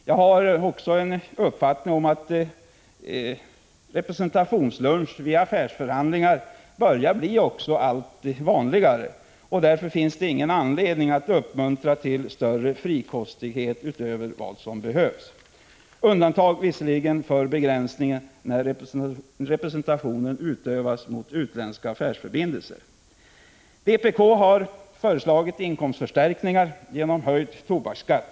Jag har också den uppfattningen om att representationsluncher vid affärsförhandlingar nu börjar bli alltmer vanliga och att det inte finns anledning att uppmuntra till större frikostighet än vad som behövs. Bedömningen kan dock vara något annorlunda när representationen gäller utländska affärsförbindelser. Vpk har föreslagit inkomstförstärkningar genom höjd tobaksskatt.